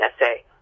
essay